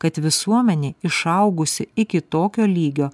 kad visuomenė išaugusi iki tokio lygio